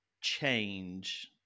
change